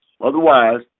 Otherwise